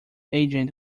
agent